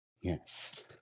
Yes